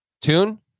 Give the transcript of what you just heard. Tune